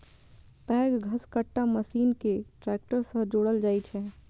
पैघ घसकट्टा मशीन कें ट्रैक्टर सं जोड़ल जाइ छै